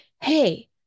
hey